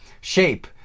Shape